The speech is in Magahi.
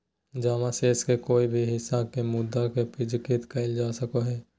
जमा शेष के कोय भी हिस्सा के मुद्दा से पूंजीकृत कइल जा सको हइ